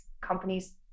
companies